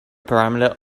perimeter